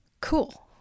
Cool